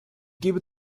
gebe